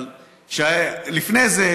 אבל לפני זה,